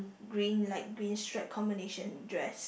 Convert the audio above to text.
green like green stripe combination dress